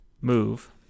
move